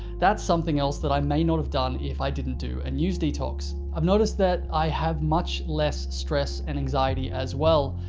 that's something else that i may not have done if i didn't do a news detox. i've noticed that i have much less stress and anxiety as well.